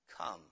Come